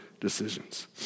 decisions